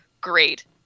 great